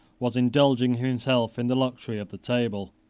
was indulging himself in the luxury of the table.